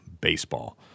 baseball